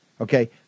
Okay